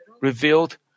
revealed